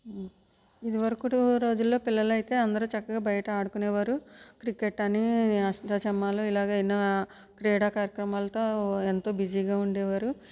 ఇది వరకు రోజులలో పిల్లలు అయితే అందరు చక్కగా బయట ఆడుకునేవారు క్రికెట్ అని అష్ట చమ్మాలు ఇలాగ ఎన్నో క్రీడా కార్యక్రమాలతో ఎంతో బిజీగా ఉండేవారు